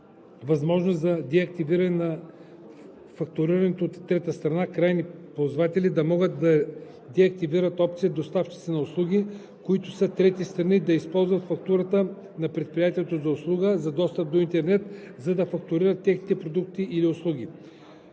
възможност за деактивиране на фактуриране от трета страна – крайните ползватели да могат да деактивират опцията доставчиците на услуги, които са трети страни, да използват фактурата на предприятието за услуга за достъп до интернет, за да фактурират техни продукти или услуги.“